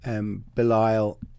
Belial